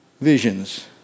visions